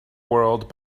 world